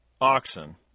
oxen